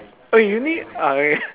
oh you need ah okay